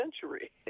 century